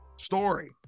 story